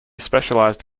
specialized